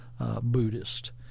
Buddhist